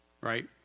right